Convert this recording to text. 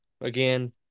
again